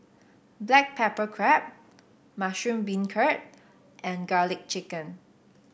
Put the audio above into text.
Black Pepper Crab Mushroom Beancurd and garlic chicken